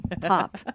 Pop